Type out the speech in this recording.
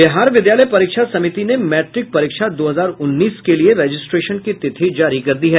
बिहार विद्यालय परीक्षा समिति ने मैट्रिक परीक्षा दो हजार उन्नीस के लिये रजिस्ट्रेशन की तिथि जारी कर दी है